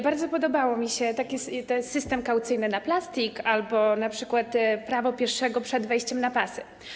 Bardzo podobał mi się system kaucyjny na plastik albo np. prawo pieszego przed wejściem na pasy.